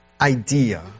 idea